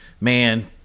man